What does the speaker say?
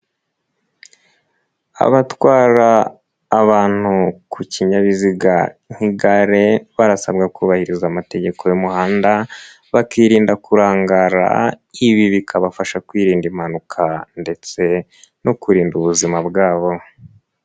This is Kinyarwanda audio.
Abatwara abantu ku kinyabiziga nk'igare barasabwa kubahiriza amategeko y'umuhanda bakirinda kurangara, ibi bikabafasha kwirinda impanuka ndetse no kurinda ubuzima bwabo.